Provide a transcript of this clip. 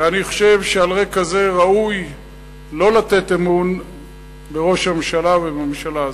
ואני חושב שעל רקע זה ראוי לא לתת אמון לראש הממשלה ולממשלה הזאת.